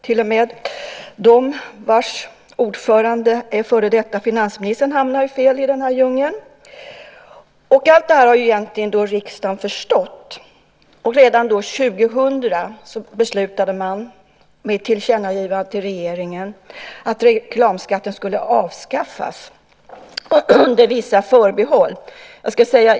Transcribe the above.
Till och med den förening vars ordförande är före detta finansminister hamnar fel i denna djungel. Allt detta har riksdagen egentligen förstått. Och redan 2000 beslutade man med ett tillkännagivande till regeringen att reklamskatten skulle avskaffas under vissa förbehåll.